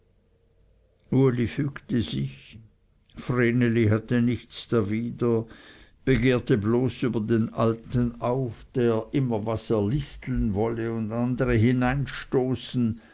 uli fügte sich vreneli hatte nichts dawider begehrte bloß über den alten auf der immer was erlisteln wolle und andere